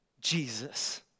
Jesus